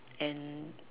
and